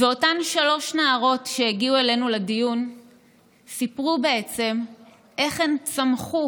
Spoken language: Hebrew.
אותן שלוש נערות שהגיעו אלינו לדיון סיפרו איך הן צמחו